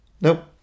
Nope